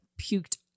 puked